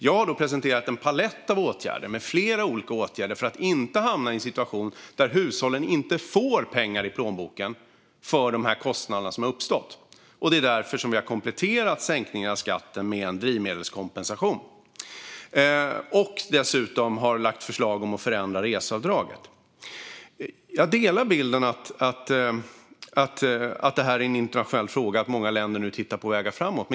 Jag har presenterat en palett av åtgärder för att vi inte ska hamna i en situation där hushållen inte får pengar i plånboken för de kostnader som uppstått. Därför har vi kompletterat skattesänkningen med en drivmedelskompensation och lagt fram förslag om att förändra reseavdraget. Jag delar bilden att detta är en internationell fråga och att många länder nu tittar på vägar framåt.